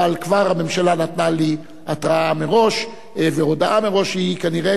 אבל כבר הממשלה נתנה לי התרעה מראש והודעה מראש שהיא כנראה